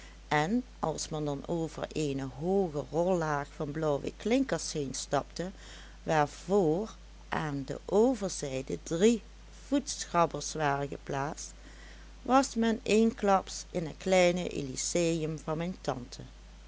en als men dan over eene hooge rollaag van blauwe klinkers heenstapte waarvr aan de overzijde drie voetschrabbers waren geplaatst was men eensklaps in het kleine elyseum van mijn tante